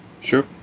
Sure